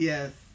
Yes